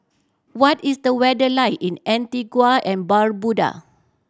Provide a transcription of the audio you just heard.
what is the weather like in Antigua and Barbuda